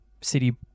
city